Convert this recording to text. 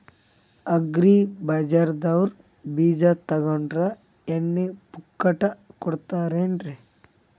Agri ಬಜಾರದವ್ರು ಬೀಜ ತೊಗೊಂಡ್ರ ಎಣ್ಣಿ ಪುಕ್ಕಟ ಕೋಡತಾರೆನ್ರಿ?